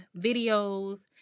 videos